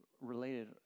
related